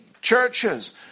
churches